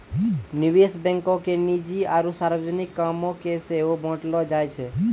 निवेश बैंको के निजी आरु सार्वजनिक कामो के सेहो बांटलो जाय छै